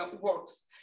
works